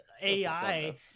AI